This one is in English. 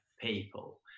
people